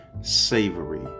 savory